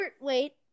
wait